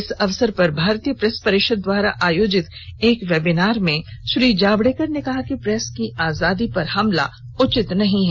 इस अवसर पर भारतीय प्रेस परिषद द्वारा आयोजित एक वेबिनार में श्री जावडेकर ने कहा कि प्रेस की आजादी पर हमला उचित नहीं है